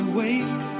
wait